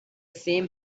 same